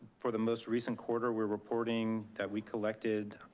for the most recent quarter, we're reporting that we collected,